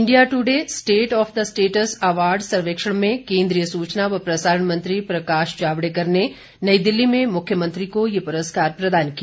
India today state of the states award सर्वेक्षण में केन्द्रीय सूचना व प्रसारण मंत्री प्रकाश जावड़ेकर ने नई दिल्ली में मुख्यमंत्री को ये प्रस्कार प्रदान किया